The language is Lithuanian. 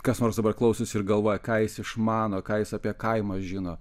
kas nors dabar klausosi ir galvoja ką jis išmano ką jis apie kaimą žino